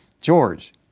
George